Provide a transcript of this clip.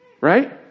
Right